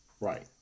Right